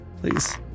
Please